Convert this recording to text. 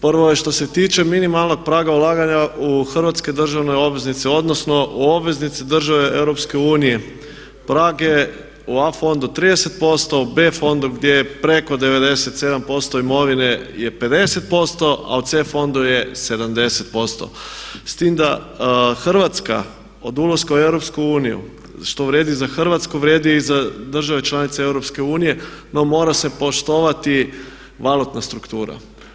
Prvo je što se tiče minimalnog praga ulaganja u Hrvatske državne obveznice odnosno u obveznice države EU prag je u A fondu 30%, u B fondu gdje je preko 97% imovine je 50% a u C fondu je 70% s tim da Hrvatska od ulaska u EU što vrijedi za Hrvatsku vrijedi i za države članice EU no mora se poštovati … struktura.